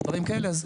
ודבירם כאלה.